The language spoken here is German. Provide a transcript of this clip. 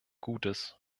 gutes